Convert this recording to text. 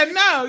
no